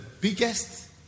biggest